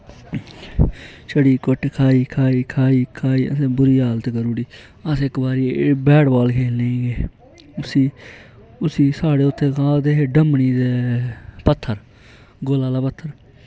छड़ी घुट्ट खाई खाई खाई खाई असै बूरी हालत करूी ओड़ी अस इक बारि बैट बॉल खेलने गी गे उस्सी साढ़े उत्थे हे ते उस्सी डमनी ते पत्थर गोला आह्ला पत्थर